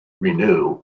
renew